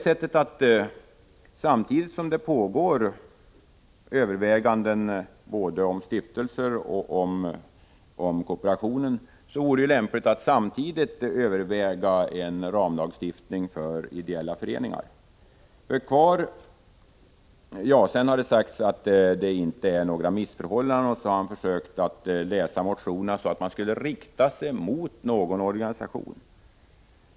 Samtidigt som det görs överväganden både om stiftelser och om kooperationen vore det lämpligt att också överväga en ramlagstiftning för ideella föreningar. Det har sagts att det inte råder några missförhållanden, och motionerna har tolkats så att de skulle vara riktade mot någon organisation.